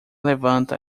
levanta